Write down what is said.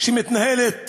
שמתנהלת